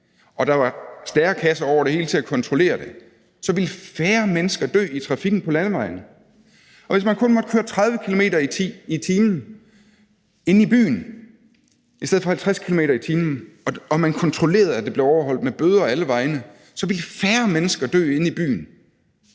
og der var stærekasser over det hele til at kontrollere det, så ville færre mennesker dø i trafikken på landevejene. Og hvis man kun måtte køre 30 km/t. inde i byen i stedet for 50 km/t. og man kontrollerede, at det blev overholdt, med bøder alle vegne, så ville færre mennesker dø inde i byen.